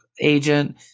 agent